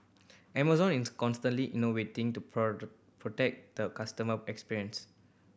Amazon is constantly innovating to protect the customer experience